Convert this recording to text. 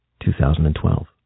2012